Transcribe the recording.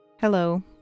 Hello